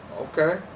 Okay